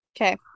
okay